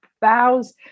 bows